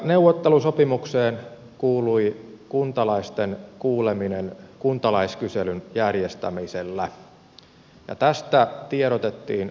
neuvottelusopimukseen kuului kuntalaisten kuuleminen kuntalaiskyselyn järjestämisellä ja tästä tiedotettiin kuntalaisille